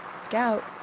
Scout